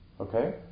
okay